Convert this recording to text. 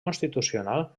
constitucional